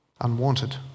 unwanted